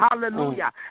Hallelujah